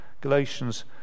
Galatians